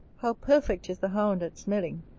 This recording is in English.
how perfect is the hound at smelling,